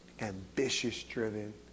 ambitious-driven